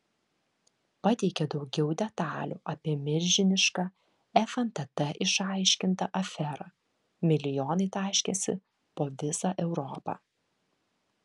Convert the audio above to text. pateikė daugiau detalių apie milžinišką fntt išaiškintą aferą milijonai taškėsi po visą europą